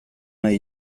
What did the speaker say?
nahi